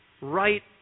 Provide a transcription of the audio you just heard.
right